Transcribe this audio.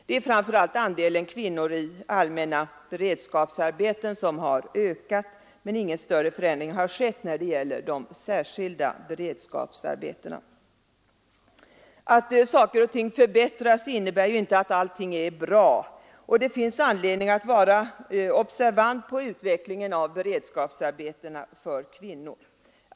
Det är framför allt andelen kvinnor i allmänna beredskapsarbeten som har ökat medan ingen större förändring har skett när det gäller särskilda beredskapsarbeten. Att saker och ting förbättras innebär ju inte att allting är bra. Det finns anledning att vara observant på utvecklingen av beredskapsarbetena för kvinnor.